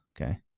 okay